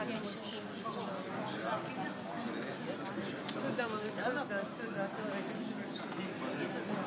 בעלה ושלל לא יחסר,